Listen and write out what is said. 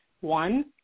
One